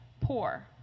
poor